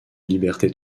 liberté